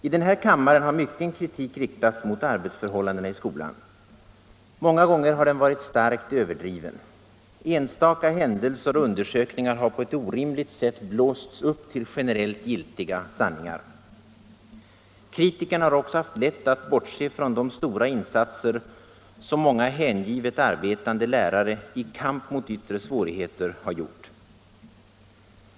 I den här kammaren har mycken kritik riktats mot arbetsförhållandena i skolan. Många gånger har den varit starkt överdriven. Enstaka händelser och undersökningar har på ett orimligt sätt blåsts upp till generellt giltiga sanningar. Kritikerna har också haft lätt att bortse från de stora insatser som många hängivet arbetande lärare — i kamp mot yttre svårigheter —- gjort.